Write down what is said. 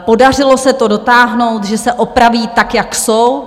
Podařilo se to dotáhnout, že se opraví tak, jak jsou.